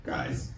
Guys